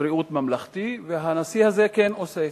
הבריאות הממלכתי, והנשיא הזה כן עושה.